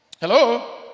hello